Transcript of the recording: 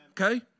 okay